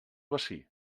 bací